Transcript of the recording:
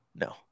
No